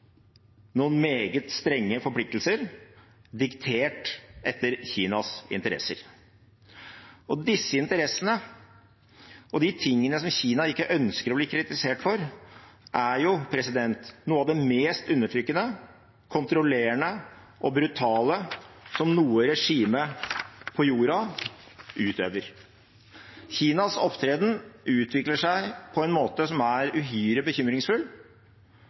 noen meget strenge forpliktelser, diktert etter Kinas interesser. Disse interessene og det som Kina ikke ønsker å bli kritisert for, er noe av det mest undertrykkende, kontrollerende og brutale som noe regime på jorda utøver. Kinas opptreden utvikler seg på en måte som er uhyre bekymringsfull.